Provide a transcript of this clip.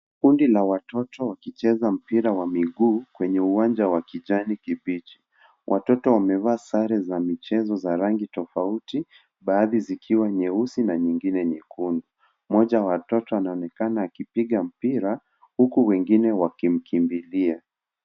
Kundi la watoto wakicheza mpira wa miguu kwenye uwanja wa kijani kibichi. Watoto wamevaa sare za michezo za rangi tofauti baadhi zikiwa nyeusi na nyingine nyekundu. Mmoja wa watoto anaonekana akipiga mpira huku wengine wakimkimbilia.